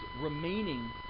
remaining